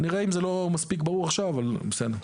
אם זה לא מספיק ברור עכשיו, אז בסדר.